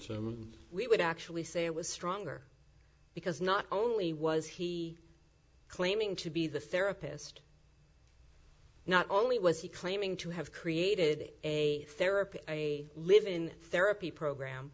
so we would actually say it was stronger because not only was he claiming to be the therapist not only was he claiming to have created a therapy a live in therapy program